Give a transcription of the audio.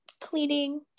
cleaning